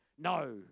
No